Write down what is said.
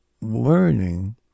learning